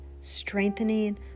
strengthening